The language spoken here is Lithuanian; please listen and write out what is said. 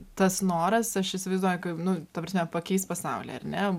tas noras aš įsivaizduoju kaip nu ta prasme pakeist pasaulį ar ne